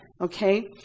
Okay